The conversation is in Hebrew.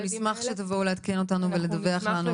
אנחנו נשמח שתבואו לעדכן אותנו ולדווח לנו